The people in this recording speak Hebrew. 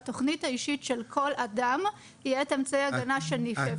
בתוכנית האישית של כל אדם יהיה את אמצעי ההגנה שאפשר.